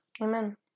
Amen